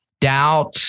doubt